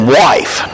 wife